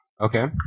Okay